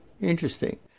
Interesting